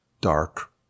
dark